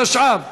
התשע"ו 2016,